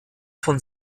von